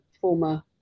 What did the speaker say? former